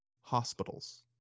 hospitals